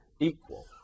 equal